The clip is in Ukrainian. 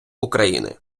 україни